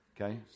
okay